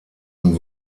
und